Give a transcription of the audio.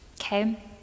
okay